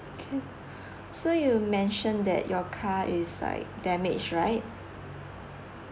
can so you mentioned that your car is like damaged right